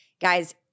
Guys